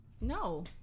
No